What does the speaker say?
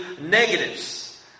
negatives